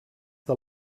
del